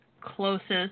closest